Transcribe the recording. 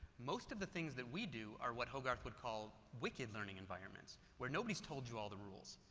most of the things that we do are what hogarth would call, wicked learning environments where nobody's told you all the rules,